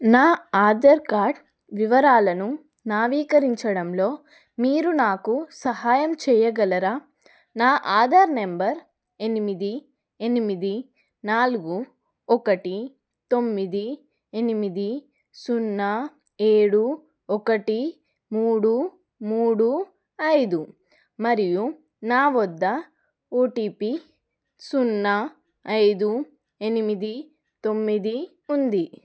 నా ఆధార్ కార్డ్ వివరాలను నవీకరించడంలో మీరు నాకు సహాయం చెయ్యగలరా నా ఆధార్ నంబర్ ఎనిమిది ఎనిమిది నాలుగు ఒకటి తొమ్మిది ఎనిమిది సున్నా ఏడు ఒకటి మూడు మూడు ఐదు మరియు నా వద్ద ఓటిపి సున్నా ఐదు ఎనిమిది తొమ్మిది ఉంది